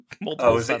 multiple